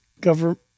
Government